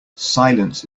silence